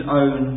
own